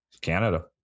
Canada